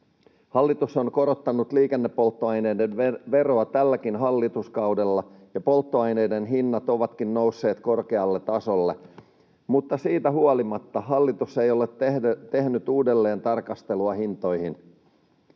Hallitus on korottanut liikennepolttoaineiden veroa tälläkin hallituskaudella, ja polttoaineiden hinnat ovatkin nousseet korkealle tasolle, mutta siitä huolimatta hallitus ei ole tehnyt uudelleentarkastelua hintoihin.